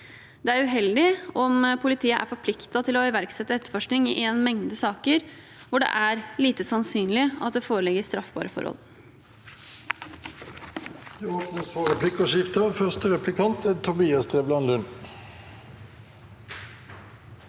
Det er uheldig om politiet er forpliktet til å iverksette etterforskning i en mengde saker hvor det er lite sannsynlig at det foreligger straffbare forhold.